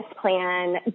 plan